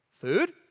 Food